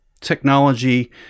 technology